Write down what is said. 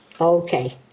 Okay